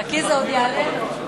חכי, זה עוד יעלה לו.